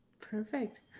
Perfect